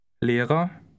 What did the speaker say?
Lehrer